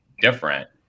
different